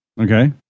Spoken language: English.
Okay